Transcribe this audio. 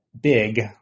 big